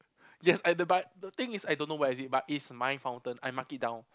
yes at th back the thing is I don't know where is it but it's my fountain I mark it down